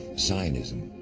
zionism,